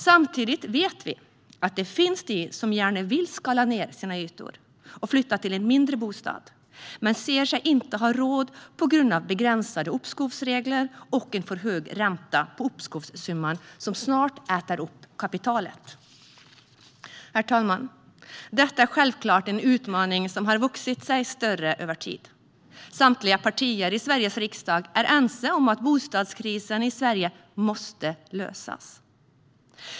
Samtidigt vet vi att det finns människor som gärna vill skala ned sina ytor och flytta till en mindre bostad men inte anser sig ha råd på grund av begränsade uppskovsregler och en för hög ränta på uppskovssumman, som snart äter upp kapitalet. Herr talman! Detta är självklart en utmaning som har vuxit sig större över tid. Samtliga partier i Sveriges riksdag är ense om att bostadskrisen i Sverige måste lösas.